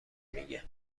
میگه